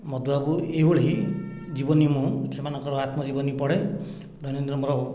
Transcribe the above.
ମଧୁବାବୁ ଏହିଭଳି ଜୀବନୀ ମୁଁ ସେମାନଙ୍କର ଆତ୍ମଜୀବନୀ ପଢ଼େ ଦୈନନ୍ଦିନ ମୋର